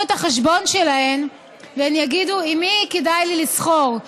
את החשבון שלהן והן יגידו: עם מי כדאי לי לסחור,